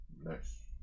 Nice